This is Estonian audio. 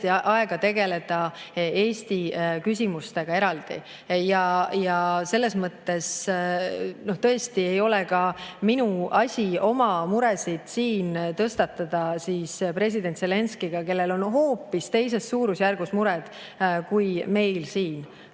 aega tegelda Eesti küsimustega eraldi. Ja selles mõttes tõesti ei ole ka minu asi oma muresid tõstatada [kohtumisel] president Zelenskõiga, kellel on hoopis teises suurusjärgus mured kui meil siin